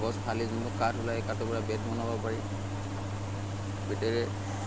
গছ ফালি যোনটো কাঠ ওলাই সেই কাঠৰপৰা বেট বনাব পাৰি বেটেৰে